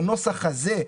בנוסח הזה,